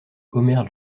homer